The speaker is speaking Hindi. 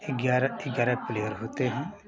ग्यारह ग्यारह टीमें होती हैं